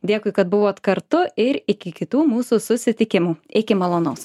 dėkui kad buvot kartu ir iki kitų mūsų susitikimų iki malonaus